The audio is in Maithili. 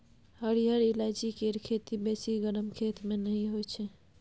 हरिहर ईलाइची केर खेती बेसी गरम खेत मे नहि होइ छै